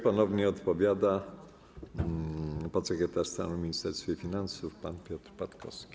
Ponownie odpowiada podsekretarz stanu w Ministerstwie Finansów pan Piotr Patkowski.